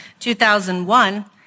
2001